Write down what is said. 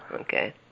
okay